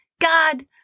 God